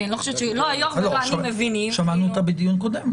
כדי שנבין --- שמענו אותה בדיון קודם.